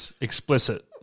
explicit